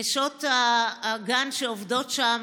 נשות הגן שעובדות שם,